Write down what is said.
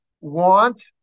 want